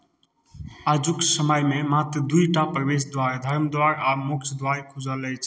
आजुक समयमे मात्र दू टा प्रवेश द्वार धर्मद्वार आ मोक्षद्वार खुजल अछि